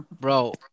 Bro